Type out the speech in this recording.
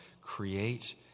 create